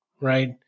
right